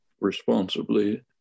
responsibly